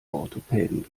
orthopäden